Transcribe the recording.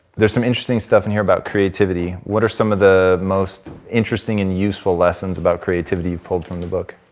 there's some interesting stuff in here about creativity. what are some of the most interesting and useful lessons about creativity you pulled from the book?